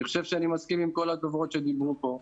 אני חושב שאני מסכים עם כל הדוברות שדיברו פה.